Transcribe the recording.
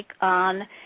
on